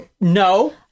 No